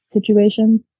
situations